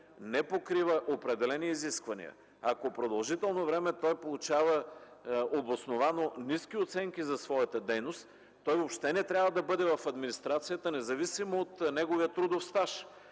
не покрива определени изисквания, ако продължително време той получава обосновано ниски оценки за своята дейност, той въобще не трябва да бъде в администрацията, независимо от неговия трудов стаж.